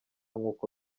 nk’uko